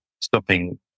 stopping